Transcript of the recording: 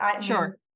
Sure